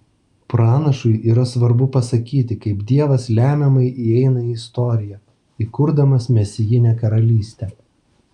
pranašui yra svarbu pasakyti kaip dievas lemiamai įeina į istoriją įkurdamas mesijinę karalystę